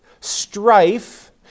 strife